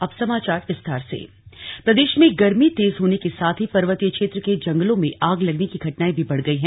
one विभाग प्रदेश में गर्मी तेज होने के साथ ही पर्वतीय क्षेत्र के जंगलों में आग लगने की घटनाएं भी बढ़ गई हैं